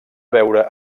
beure